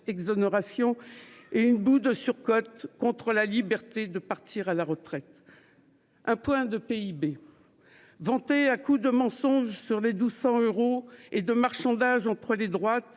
exonérations, et un peu de surcote, contre la liberté de partir à la retraite. Un point de PIB, vanté à coups de mensonges sur les 1 200 euros et de marchandages entre les droites